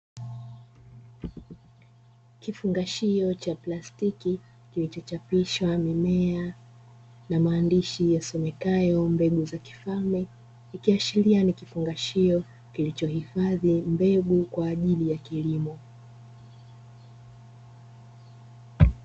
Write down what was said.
Kifungashio cha plastiki, kilichochapishwa mimea na maandishi yasomekayo "mbegu za kifalme", ikiashiria ni kifungashio kilichohifadhi mbegu kwa ajili ya kilimo.